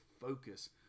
focus